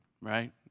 right